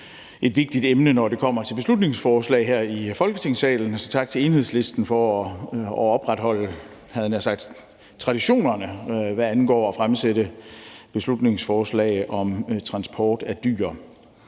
et vigtigt emne, når det kommer til beslutningsforslag her i Folketingssalen. Så tak til Enhedslisten for at opretholde traditionerne, hvad angår at fremsætte beslutningsforslag om transport af dyr.